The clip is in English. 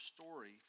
story